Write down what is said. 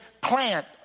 plant